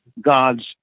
God's